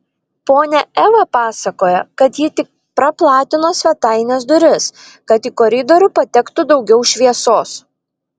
ponia eva pasakoja kad ji tik praplatino svetainės duris kad į koridorių patektų daugiau šviesos